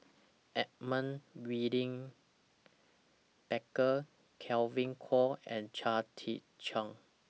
Edmund William Barker Kevin Kwan and Chia Tee Chiak